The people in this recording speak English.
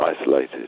isolated